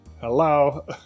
Hello